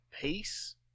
peace